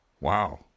Wow